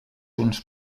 uns